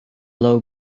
low